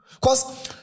Cause